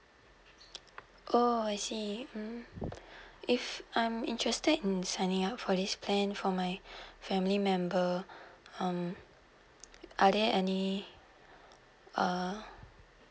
oh I see mm if I'm interested in signing up for this plan for my family member um are there any uh